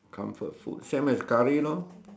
comfort food same as curry lor